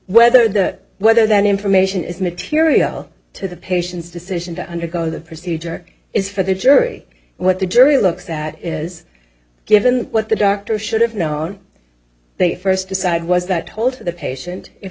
whether the whether that information is material to the patients decision to undergo the procedure is for the jury and what the jury looks that is given what the doctor should have known they first decide was that told the patient if